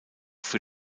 für